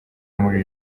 muri